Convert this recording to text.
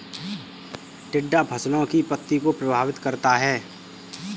टिड्डा फसलों की पत्ती को प्रभावित करता है